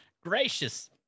gracious